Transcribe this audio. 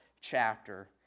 chapter